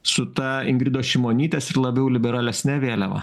su ta ingridos šimonytės ir labiau liberalesne vėliava